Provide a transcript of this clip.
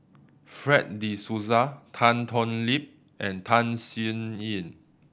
Fred De Souza Tan Thoon Lip and Tham Sien Yen